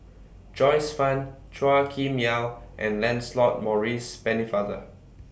Joyce fan Chua Kim Yeow and Lancelot Maurice Pennefather